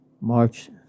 March